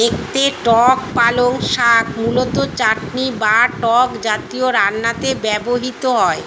দেখতে টক পালং শাক মূলত চাটনি বা টক জাতীয় রান্নাতে ব্যবহৃত হয়